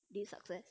did it success